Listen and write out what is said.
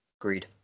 Agreed